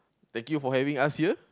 thank you for having us here